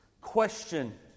question